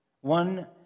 one